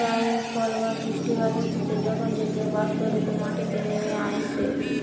rainfall বা বৃষ্টিপাত হতিছে যখন জলীয়বাষ্প রূপে মাটিতে নেমে আইসে